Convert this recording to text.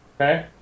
Okay